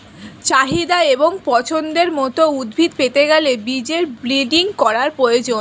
চাহিদা এবং পছন্দের মত উদ্ভিদ পেতে গেলে বীজের ব্রিডিং করার প্রয়োজন